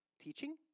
teaching